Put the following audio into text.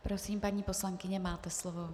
Prosím, paní poslankyně, máte slovo.